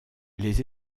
les